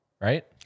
Right